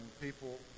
people